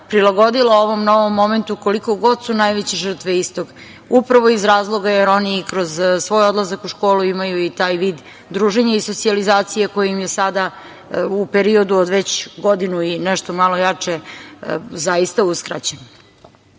prilagodila ovom novom momentu, koliko god su najveće žrtve istog, upravo iz razloga jer oni i kroz svoj odlazak u školu imaju i taj vid druženja i socijalizacije koji im je sada u periodu od već godinu i nešto malo jače zaista uskraćen.U